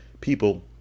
People